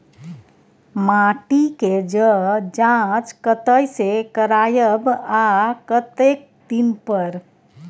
माटी के ज जॉंच कतय से करायब आ कतेक दिन पर?